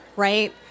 Right